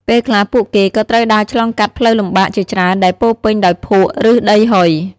ពេលខ្លះពួកគេក៏ត្រូវដើរឆ្លងកាត់ផ្លូវលំបាកជាច្រើនដែលពោរពេញដោយភក់ ឬដីហុយ។